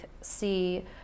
see